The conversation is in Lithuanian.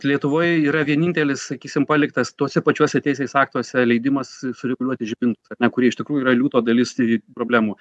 lietuvoj yra vienintelis sakysim paliktas tuose pačiuose teisės aktuose leidimas sureguliuoti žibintus ar ne kurie iš tikrųjų yra liūto dalis e problemų